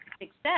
success